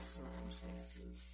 circumstances